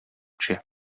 төшә